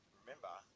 remember